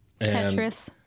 Tetris